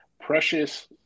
Precious